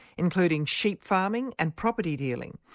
including sheep farming and property dealing.